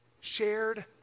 Shared